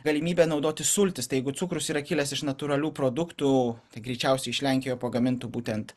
galimybę naudoti sultis tai jeigu cukrus yra kilęs iš natūralių produktų greičiausiai iš lenkijoje pagamintų būtent